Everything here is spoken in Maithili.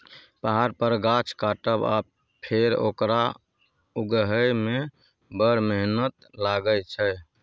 पहाड़ पर गाछ काटब आ फेर ओकरा उगहय मे बड़ मेहनत लागय छै